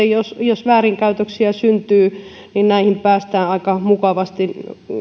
jos siellä väärinkäytöksiä syntyy näihin päästään aika mukavasti